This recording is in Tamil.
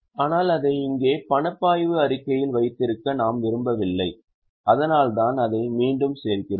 ஆனால் அதை இங்கே பணப்பாய்வு அறிக்கையில் வைத்திருக்க நாம் விரும்பவில்லை அதனால்தான் அதை மீண்டும் சேர்க்கிறோம்